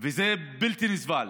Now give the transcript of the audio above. וזה בלתי נסבל.